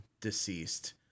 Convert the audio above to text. deceased